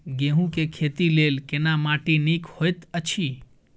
गेहूँ के खेती लेल केना माटी नीक होयत अछि?